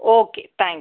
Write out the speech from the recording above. okay thank you